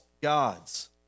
gods